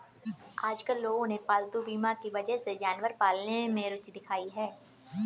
आजकल लोगों ने पालतू बीमा की वजह से जानवर पालने में रूचि दिखाई है